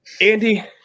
Andy